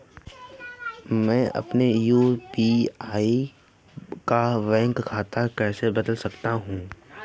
मैं अपने यू.पी.आई का बैंक खाता कैसे बदल सकता हूँ?